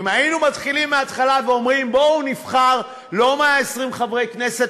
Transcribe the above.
אם היינו מתחילים מההתחלה ואומרים: בואו נבחר לא 120 חברי כנסת,